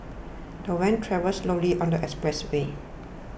the van travelled slowly on the expressway